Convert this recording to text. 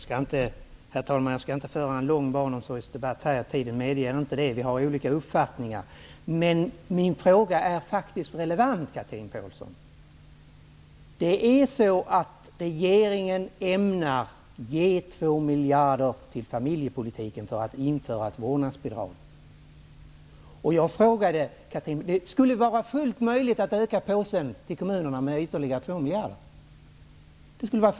Herr talman! Jag skall inte föra en lång barnomsorgsdebatt. Tiden medger inte det. Vi har olika uppfattningar. Min fråga är faktiskt relevant, Chatrine Pålsson. Regeringen ämnar ge 2 miljarder kronor till familjepolitiken för att införa ett vårdnadsbidrag. Det skulle vara fullt möjligt att utöka påsen till kommunerna med ytterligare 2 miljarder kronor.